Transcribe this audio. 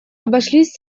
обошлись